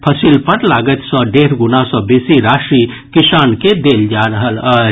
फसिल पर लागति सॅ डेढ़ गुणा सॅ बेसी राशि किसान के देल जा रहल अछि